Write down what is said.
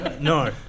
No